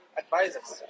advisors